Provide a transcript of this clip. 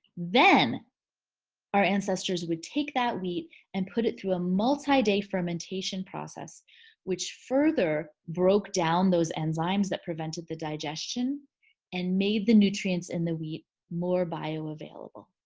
then our ancestors would take that wheat and put it through a multi-day fermentation process which further broke down those enzymes that prevented the digestion and made the nutrients in the wheat more bioavailable.